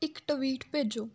ਇੱਕ ਟਵੀਟ ਭੇਜੋ